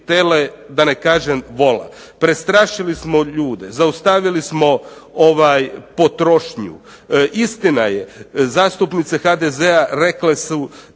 tele, da ne kažem vola, prestrašili smo ljude, zaustavili smo potrošnju. Istina je, zastupnice HDZ-a rekle su